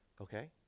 okay